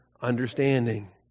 Understanding